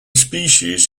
species